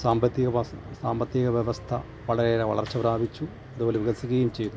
സാമ്പത്തിക സാമ്പത്തിക വ്യവസ്ഥ വളരെ ഏറെ വളർച്ച പ്രാപിച്ചു അത്പോലെ വികസിക്കേം ചെയ്തു